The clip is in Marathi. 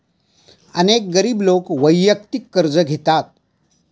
अनेक गरीब लोक वैयक्तिक कर्ज घेतात